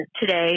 today